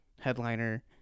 headliner